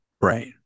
Right